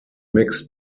mixt